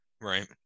right